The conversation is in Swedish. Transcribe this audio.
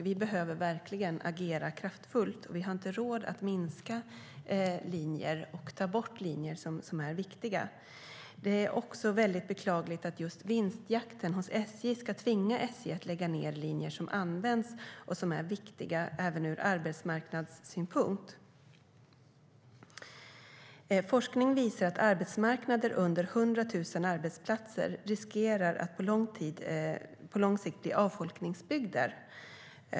Vi behöver verkligen agera kraftfullt, och vi har inte råd att minska linjer och ta bort linjer som är viktiga. Det är beklagligt att just vinstjakten hos SJ tvingar dem att lägga ned linjer som används och som är viktiga även ur arbetsmarknadssynpunkt. Forskning visar att arbetsmarknader med under 100 000 arbetsplatser riskerar att på lång sikt bli avfolkningsbygder.